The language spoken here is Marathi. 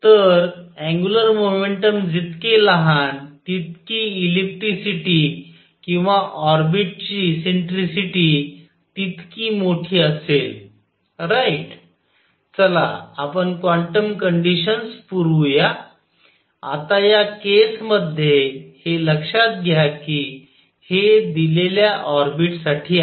तर अँग्युलर मोमेंटम जितके लहान तितकी इलिप्टीसिटी किंवा ऑर्बिटची इसेन्ट्रिसिटी तितकी मोठी असेल राईट चला आपण क्वांटम कंडिशन्स पुरवू या आता या केस मध्ये हे लक्षात घ्या कि हे दिलेल्या ऑर्बिटसाठी आहे